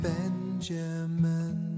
Benjamin